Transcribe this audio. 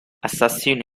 assassino